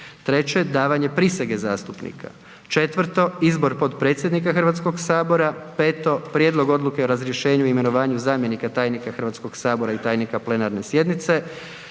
1. Davanje prisege zastupnika 1. Izbor potpredsjednika Hrvatskog sabora 1. Prijedlog Odluke o razrješenju i imenovanju zamjenika tajnika Hrvatskog sabora i tajnika plenarne sjednice